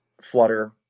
Flutter